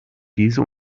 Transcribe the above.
diese